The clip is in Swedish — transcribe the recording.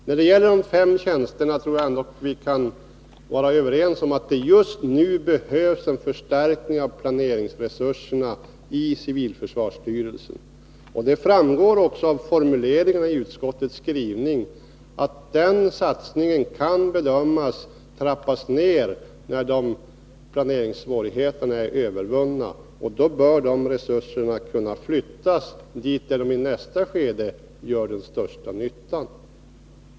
När det gäller de fem tjänsterna tror jag vi kan vara överens om att det just nu behövs en förstärkning av planeringsresurserna i civilförsvarsstyrelsen. Det framgår också av formuleringarna i utskottets skrivning att den satsningen kan bedömas komma att trappas ned när planeringssvårigheterna är övervunna. Då bör de resurserna kunna flyttas dit där de i nästa skede gör den största nyttan.